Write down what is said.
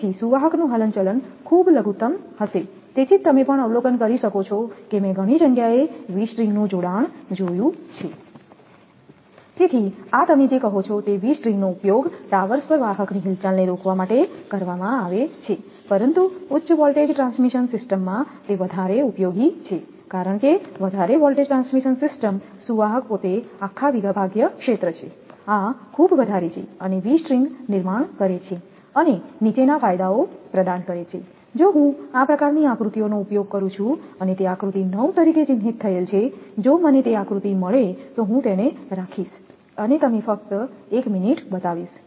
તેથી સુવાહક નું હલનચલન ખૂબ ઓછું લઘુત્તમ હશે તેથી જ તમે પણ અવલોકન કરી શકો છો કે મે ઘણી જગ્યાએ વી સ્ટ્રિંગનું જોડાણ જોયું છે તેથી આ તમે જે કહો છો તે વી સ્ટ્રિંગનો ઉપયોગ ટાવર્સ પર વાહકની હિલચાલને રોકવા માટે કરવામાં આવે છે પરંતુ ઉચ્ચ વોલ્ટેજ ટ્રાન્સમિશન સિસ્ટમમાં તે વધારે ઉપયોગી છે કારણ કે વધારે વોલ્ટેજ ટ્રાન્સમિશન સિસ્ટમ સુવાહક પોતે આખા વિભાગીય ક્ષેત્ર છે આ ખૂબ વધારે છે અને વી તારમાળાઓ નિર્માણ કરે છે અને નીચેના ફાયદાઓ પ્રદાન કરે છે જો હું આ પ્રકારની આકૃતિનો ઉપયોગ કરું છું અને તે આકૃતિ 9 તરીકે ચિહ્નિત થયેલ છે જો મને તે આકૃતિ મળે તો હું તેને રાખીશઅને તમને ફક્ત એક મિનિટ બતાવીશ